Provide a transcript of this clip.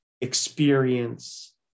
experience